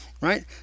Right